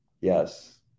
Yes